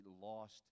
lost